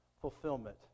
fulfillment